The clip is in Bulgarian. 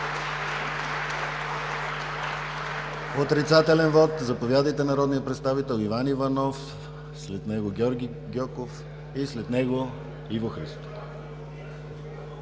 Отрицателен вот. Заповядайте – народният представител Иван Иванов, след него е Георги Гьоков, и след него е Иво Христов